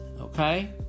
Okay